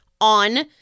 on